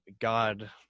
God